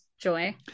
Joy